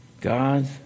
God